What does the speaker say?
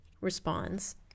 responds